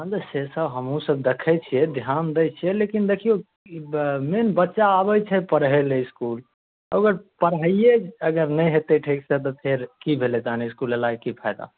हँ हँ से तऽ हमहूँ सब देखै छियै ध्यान दै छियै लेकिन देखियौ मेन बच्चा अबै छै परहै ले इसकुल ओकर पढ़ाइए अगर नहि हेतै ठीक सऽ तऽ फेर कि भेलै तहन इसकुल अयला के की फायदा